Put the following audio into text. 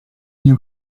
you